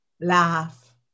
laugh